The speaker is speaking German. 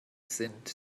sind